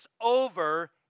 over